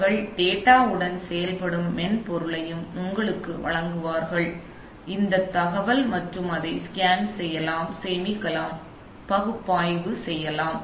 அவர்கள் டேட்டாவுடன் செயல்படும் மென்பொருளையும் உங்களுக்கு வழங்குவார்கள் இந்தத் தகவல் மற்றும் அதை ஸ்கேன் செய்யலாம் சேமிக்கலாம் அதை பகுப்பாய்வு செய்யலாம்